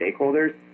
stakeholders